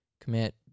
commit